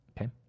Okay